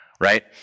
right